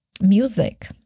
music